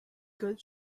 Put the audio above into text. good